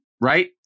right